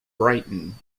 brighton